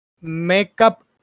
makeup